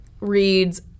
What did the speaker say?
reads